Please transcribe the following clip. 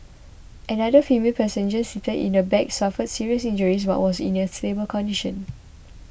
another female passenger seated in the back suffered serious injuries but was in a stable condition